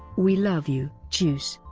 we love you, juice.